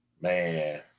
man